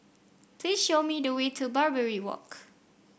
please show me the way to Barbary Walk